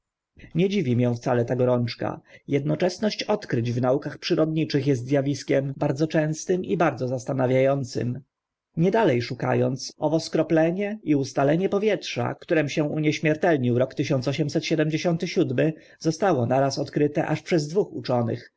nie dziwi mię wcale ta gorączka ednoczesność odkryć w naukach przyrodzonych est z awiskiem bardzo częstym i bardzo zastanawia ącym nie dale szuka ąc owo skroplenie i ustalenie powietrza którym się unieśmiertelnił rok zostało naraz odkryte aż przez dwóch uczonych